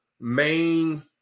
main